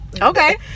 Okay